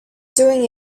doing